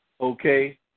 okay